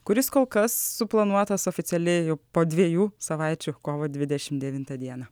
kuris kol kas suplanuotas oficialiai jau po dviejų savaičių kovo dvidešim devintą dieną